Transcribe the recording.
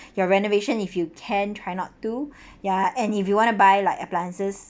your renovation if you can try not to ya and if you want to buy like appliances